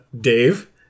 Dave